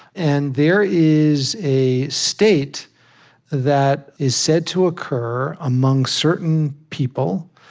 and there is a state that is said to occur among certain people,